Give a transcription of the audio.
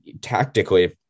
tactically